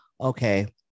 okay